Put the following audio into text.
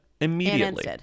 immediately